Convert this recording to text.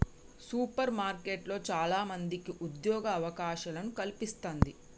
super మార్కెట్లు చాల మందికి ఉద్యోగ అవకాశాలను కల్పిస్తంది